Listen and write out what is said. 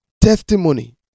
testimony